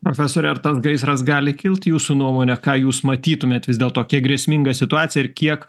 profesore ar tas gaisras gali kilt jūsų nuomone ką jūs matytumėt vis dėlto kiek grėsminga situacija ir kiek